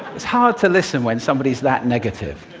it's hard to listen when somebody's that negative.